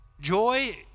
joy